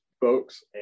folks